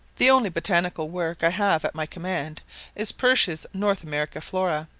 the only botanical work i have at my command is pursh's north american flora,